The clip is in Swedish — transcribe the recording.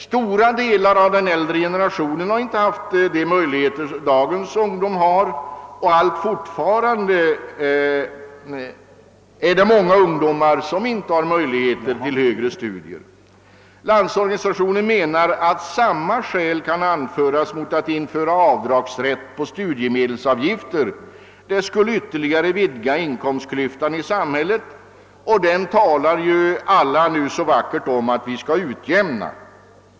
Stora delar av den äldre generationen har inte haft samma möjligheter som dagens ungdom, och fortfarande saknar många ungdomar möjligheter till högre studier. LO menar att samma skäl kan anföras mot införandet av avdragsrätt då det gäller studiemedelsavgifter. Det skulle ytterligare vidga inkomstklyftan i samhället och alla talar ju nu så vackert om att denna klyfta skall utjämnas.